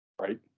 Right